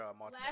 Last